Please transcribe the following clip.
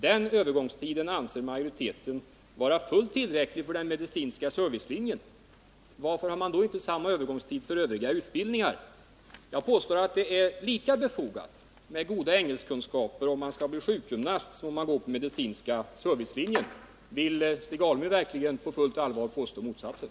Den övergångstiden anser majoriteten vara fullt tillräcklig för den medicinska servicelinjen. Varför har man då inte samma övergångstid för övriga utbildningar? Jag påstår att det är lika befogat med goda kunskaper i engelska om man skall bli sjukgymnast som om man går på den medicinska servicelinjen. Vill Stig Alemyr verkligen på fullt allvar påstå motsatsen?